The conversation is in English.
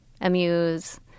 amuse